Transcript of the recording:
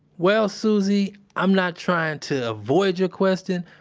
well, susie, i'm not trying to avoid your question,